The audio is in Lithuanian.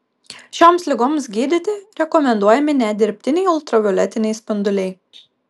šioms ligoms gydyti rekomenduojami net dirbtiniai ultravioletiniai spinduliai